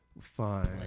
fine